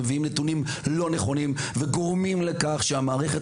הם מביאים נתונים לא נכונים וגורמים לכך שהמערכת